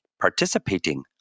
participating